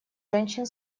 женщин